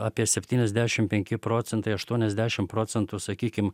apie septyniasdešim penki procentai aštuoniasdešim procentų sakykim